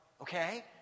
Okay